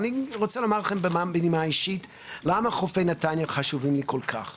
אני רוצה לומר לכם בנימה אישית למה חופי נתניה חשובים לי כל כך.